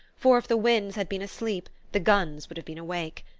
for if the winds had been asleep the guns would have been awake,